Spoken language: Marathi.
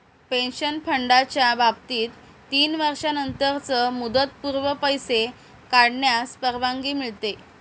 पेन्शन फंडाच्या बाबतीत तीन वर्षांनंतरच मुदतपूर्व पैसे काढण्यास परवानगी मिळते